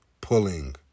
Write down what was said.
pulling